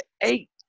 eight